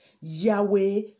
Yahweh